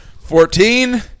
fourteen